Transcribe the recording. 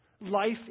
Life